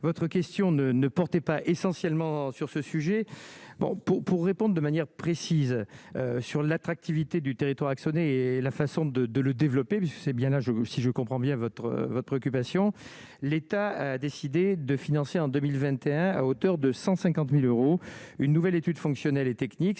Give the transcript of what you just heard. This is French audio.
votre question ne ne portait pas essentiellement sur ce sujet, bon pour pour réponde de manière précise sur l'attractivité du territoire axonais et la façon de de le développer, puisque c'est bien là je si je comprends bien votre votre préoccupation, l'État a décidé de financer en 2021, à hauteur de 150000 euros, une nouvelle étude fonctionnelle et technique,